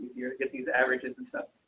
get these averages and stuff.